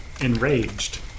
enraged